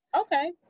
okay